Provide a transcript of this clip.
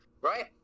right